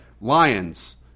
Lions